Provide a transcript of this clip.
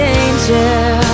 angel